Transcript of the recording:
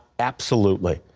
absolutely.